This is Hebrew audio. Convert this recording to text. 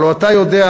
הלוא אתה יודע,